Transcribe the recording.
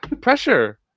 pressure